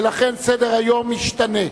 ולכן סדר-היום משתנה.